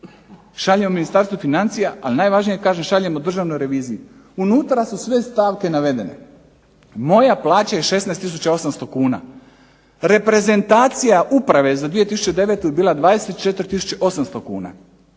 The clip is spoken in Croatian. šaljemo Ministarstvu financija, ali kažem najvažnije je šaljemo državnoj reviziji. Unutra su sve stavke navedene. Moja plaća je 16 tisuća 800 kn, reprezentacija uprave za 2009. je bila 24 tisuće